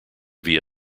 via